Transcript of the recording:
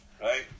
right